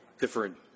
different